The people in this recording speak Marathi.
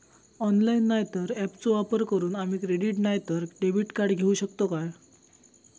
ऑनलाइन नाय तर ऍपचो वापर करून आम्ही क्रेडिट नाय तर डेबिट कार्ड घेऊ शकतो का?